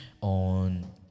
on